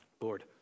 Lord